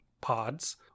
pods